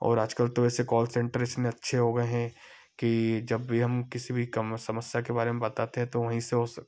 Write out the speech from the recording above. और आजकल तो वैसे कॉल सेंटर इसने अच्छे हो गए हैं कि जब भी हम किसी भी कम समस्या के बारे में बताते हैं तो वहीं से उस